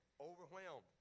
overwhelmed